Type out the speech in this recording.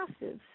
massive